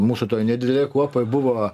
mūsų toj nedidelėj kuopoj buvo